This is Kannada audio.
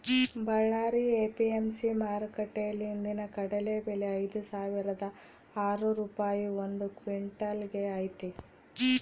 ಬಳ್ಳಾರಿ ಎ.ಪಿ.ಎಂ.ಸಿ ಮಾರುಕಟ್ಟೆಯಲ್ಲಿ ಇಂದಿನ ಕಡಲೆ ಬೆಲೆ ಐದುಸಾವಿರದ ಆರು ರೂಪಾಯಿ ಒಂದು ಕ್ವಿನ್ಟಲ್ ಗೆ ಐತೆ